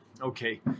okay